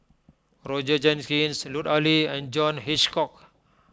Roger Jenkins Lut Ali and John Hitchcock